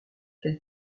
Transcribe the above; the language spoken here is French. quel